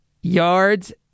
yards